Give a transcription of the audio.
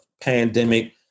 pandemic